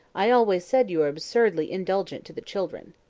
i always said you were absurdly indulgent to the children.